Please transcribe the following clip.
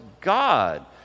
God